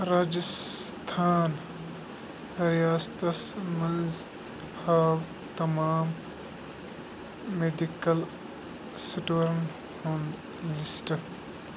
راجستھان ریاستس مَنٛز ہاو تمام میڈِکل سٕٹورَن ہُنٛد لِسٹ